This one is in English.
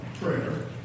prayer